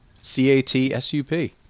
C-A-T-S-U-P